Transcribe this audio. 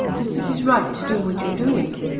that it is right to do what you are doing?